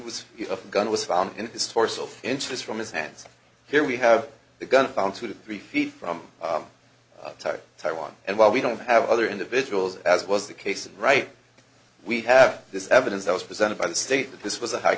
was a gun was found in his torso interest from his hands here we have the gun found two to three feet from taipei taiwan and while we don't have other individuals as was the case and right we have this evidence that was presented by the state that this was a high